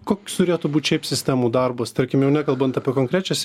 koks turėtų būti šiaip sistemų darbas tarkim jau nekalbant apie konkrečias